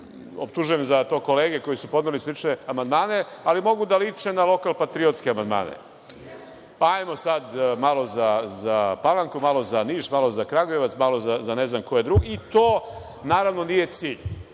optužujem za to kolege koje su podnele slične amandmane, ali mogu da liče na lokal-patriotske amandmane. Hajmo sam malo za Palanku, malo za Niš, malo za Kragujevac, malo za ne znam koji drugi i to, naravno, nije cilj.